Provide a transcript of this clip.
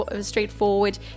straightforward